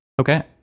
Okay